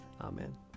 Amen